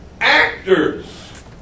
Actors